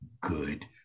good